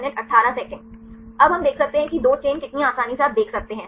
अब हम देख सकते हैं कि 2 चेन कितनी आसानी से आप देख सकते हैं सही